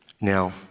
Now